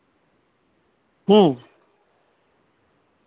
ᱦᱮᱸ